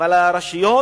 אבל הרשויות,